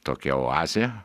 tokia oazė